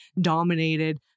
dominated